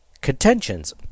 contentions